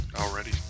Already